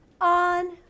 on